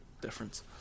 Difference